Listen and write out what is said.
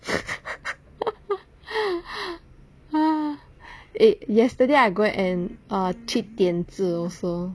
eh yesterday I go and ah 去点痣 also